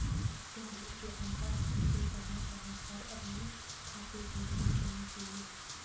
सोहेल के अनुसार सभी को समय समय पर अपने खाते की जांच करनी चाहिए